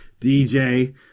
DJ